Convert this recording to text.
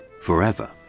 forever